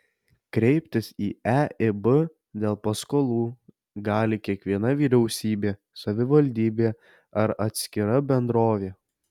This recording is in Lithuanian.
kreiptis į eib dėl paskolų gali kiekviena vyriausybė savivaldybė ar atskira bendrovė